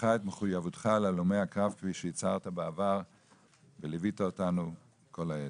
מוכיחה את מחויבותך להלומי הקרב כפי שהצהרת בעבר וליווית אותנו כל העת.